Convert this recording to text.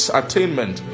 attainment